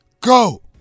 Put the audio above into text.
Go